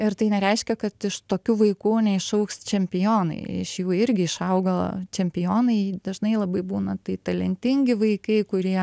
ir tai nereiškia kad iš tokių vaikų neišaugs čempionai iš jų irgi išauga čempionai dažnai labai būna tai talentingi vaikai kurie